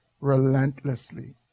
relentlessly